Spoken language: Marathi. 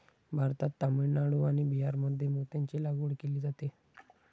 भारतात तामिळनाडू आणि बिहारमध्ये मोत्यांची लागवड केली जाते